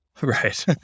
Right